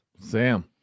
Sam